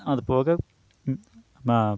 அதுபோக ம் நான்